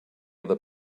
other